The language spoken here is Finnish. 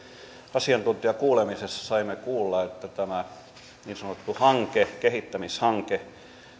asiantuntijakuulemisessa saimme kuulla että tämä niin sanottu kehittämishanke